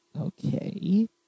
Okay